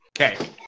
Okay